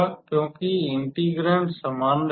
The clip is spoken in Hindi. क्योंकि इंटीग्रैंड समान रहेगा